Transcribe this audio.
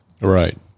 right